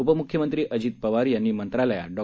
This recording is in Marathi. उपमुख्यमंत्री अजित पवार यांनी मंत्रालयात डॉ